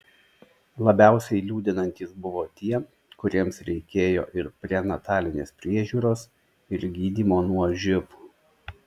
labiausiai liūdinantys buvo tie kuriems reikėjo ir prenatalinės priežiūros ir gydymo nuo živ